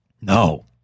No